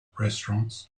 restaurants